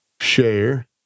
share